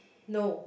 no